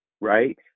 right